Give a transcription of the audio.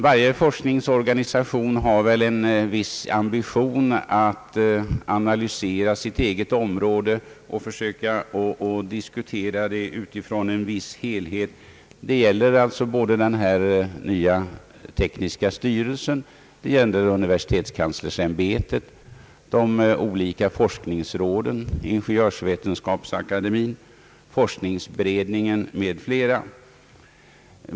Varje forskningsorganisation har väl en viss ambition att analysera sitt eget område och försöker diskutera utifrån en viss helhet. Det gäller alltså både den nya tekniska styrelsen, universitetskanslersämbetet, de olika forskningsråden, Ingeniörsvetenskapsakademien, forskningsberedningen m.fl.